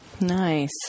nice